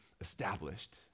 established